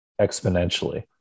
exponentially